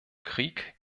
krieg